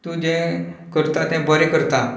तूं जे करता तें बरें करता